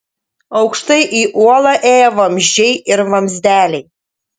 aukštai į uolą ėjo vamzdžiai ir vamzdeliai